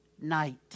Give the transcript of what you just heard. night